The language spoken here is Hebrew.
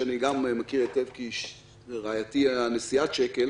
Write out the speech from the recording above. שאני גם מכיר היטב כי רעייתי היא נשיאת שק"ל,